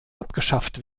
abgeschafft